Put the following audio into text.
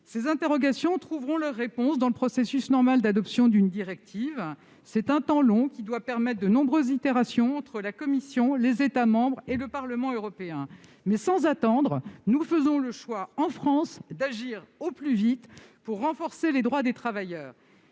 Ces interrogations trouveront leur réponse dans le processus normal d'adoption d'une directive : c'est un temps long, qui doit permettre de nombreuses itérations entre la Commission européenne, les États membres et le Parlement européen. Toutefois, sans attendre, nous faisons le choix, en France, d'agir au plus vite pour renforcer les droits des travailleurs.